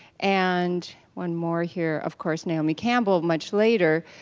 and one more here, of course naomi campbell, much later,